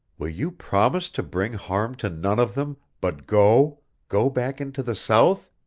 will you promise to bring harm to none of them, but go go back into the south?